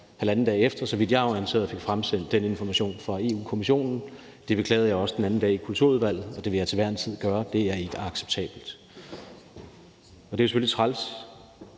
halvanden dag efter, så vidt jeg er orienteret, fik fremsendt den information fra Europa-Kommissionen. Det beklagede jeg også den anden dag i Kulturudvalget, og det vil jeg til hver en tid gøre. Det er ikke acceptabelt. Det er selvfølgelig træls